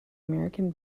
american